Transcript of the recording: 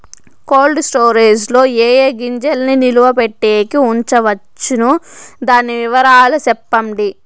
Cold storage లో ఏ ఏ గింజల్ని నిలువ పెట్టేకి ఉంచవచ్చును? దాని వివరాలు సెప్పండి?